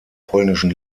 polnischen